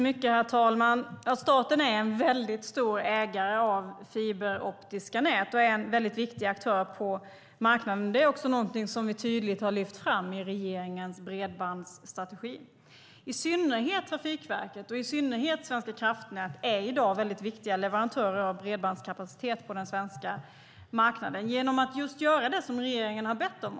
Herr talman! Staten är en väldigt stor ägare av fiberoptiska nät och är en väldigt viktig aktör på marknaden. Det är också någonting som vi tydligt har lyft fram i regeringens bredbandsstrategi. I synnerhet Trafikverket och Svenska kraftnät är i dag väldigt viktiga leverantörer av bredbandskapacitet på den svenska marknaden genom att just göra det som regeringen har bett dem om.